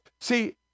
See